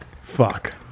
fuck